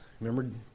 Remember